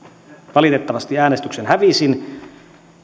valitettavasti äänestyksen hävisin